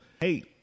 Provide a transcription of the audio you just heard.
Hey